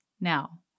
now